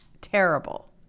terrible